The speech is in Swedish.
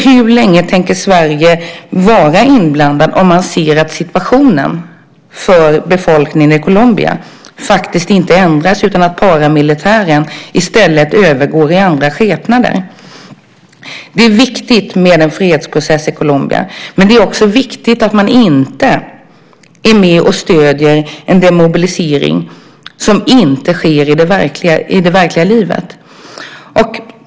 Hur länge tänker Sverige vara inblandat om man ser att situationen för befolkningen i Colombia inte ändras utan att paramilitären i stället övergår till att uppträda i andra skepnader? Det är viktigt med en fredsprocess i Colombia, men det är också viktigt att man inte är med och stöder en demobilisering som inte sker i det verkliga livet.